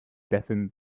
deafened